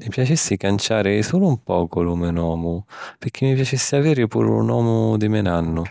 Mi piacissi canciari sulu un pocu lu me nomu picchì mi piacissi aviri puru lu nomu di me nannu.